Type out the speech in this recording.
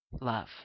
love